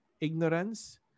ignorance